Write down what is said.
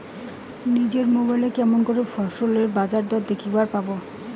নিজের মোবাইলে কেমন করে ফসলের বাজারদর দেখিবার পারবো?